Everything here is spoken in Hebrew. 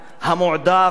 המועדף שלהם.